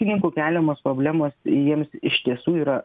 ūkininkų keliamos problemos jiems iš tiesų yra